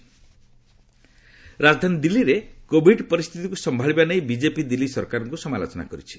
BJP Delhi Covid ରାଜଧାନୀ ଦିଲ୍ଲୀରେ Covid ପରିସ୍ଥିତିକୁ ସମ୍ଭାଳିବା ନେଇ ବିଜେପି ଦିଲ୍ଲୀ ସରକାରକୁ ସମାଲୋଚନା କରିଛି